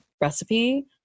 recipe